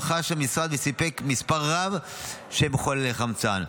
רכש המשרד וסיפק מספר רב של מחוללי חמצן.